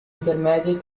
intermedie